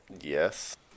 Yes